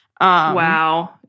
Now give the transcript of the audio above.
Wow